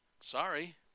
Sorry